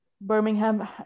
Birmingham